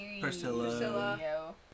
Priscilla